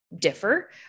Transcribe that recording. differ